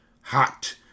Hot